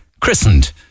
christened